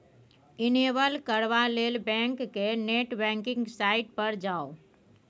enable करबा लेल bank केर नेट बैंकिंग साइट पर जाउ